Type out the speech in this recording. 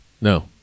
No